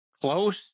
close